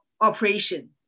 operation